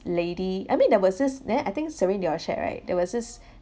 lady I mean there was this neh I think serene they all shared right there was this